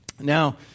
Now